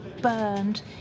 burned